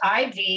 IV